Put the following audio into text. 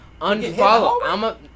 unfollow